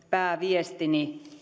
pääviestini